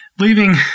Leaving